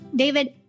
David